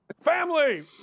Family